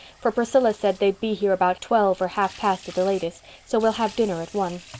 for priscilla said they'd be here about twelve or half past at the latest, so we'll have dinner at one.